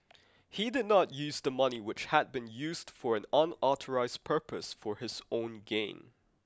he did not use the money which had been used for an unauthorised purpose for his own gain